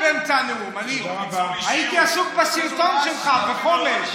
צחקתי באמצע, ראיתי את הסרטון שלך בחומש,